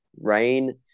rain